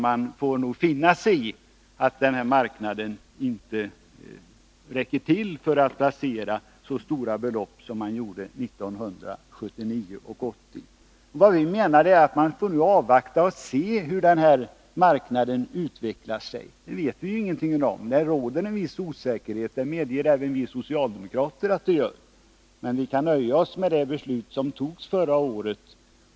Man får nog finna sig i att den här marknaden inte räcker till för att placera så stora belopp som man gjorde 1979 och 1980. Vad vi menar är att man får avvakta och se hur denna marknad utvecklar sig. Det vet vi ju ingenting om. Det råder en viss osäkerhet — det medger även vi socialdemokrater. Men vi kan nöja oss med det beslut som togs förra året.